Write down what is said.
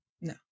No